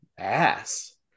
ass